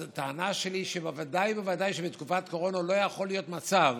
אז הטענה שלי היא שבוודאי ובוודאי שבתקופת קורונה לא יכול להיות מצב